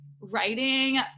writing